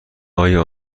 آیا